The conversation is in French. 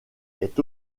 est